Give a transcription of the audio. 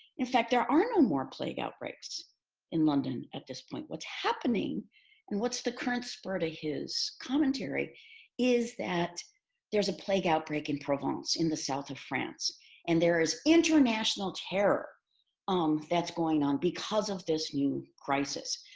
in fact, there are no more plague outbreaks in london at this point. what's happening and what's the current spur to his commentary is that there's a plague outbreak in provence in the south of france and there is international terror um that's going on because of this new crisis.